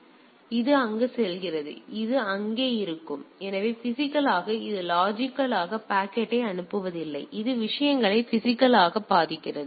எனவே அது அங்கு செல்கிறது அது அங்கே இருக்கும் எனவே பிசிகலாக இது லாஜிக்கலாக பாக்கெட்டை அனுப்புவதில்லை அது விஷயங்களை பிசிகலாக பாதுகாக்கிறது